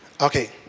Okay